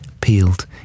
peeled